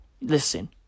listen